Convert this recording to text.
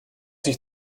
sich